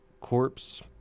corpse